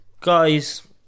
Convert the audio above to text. Guys